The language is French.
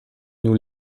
nous